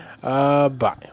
bye